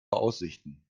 aussichten